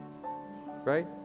Right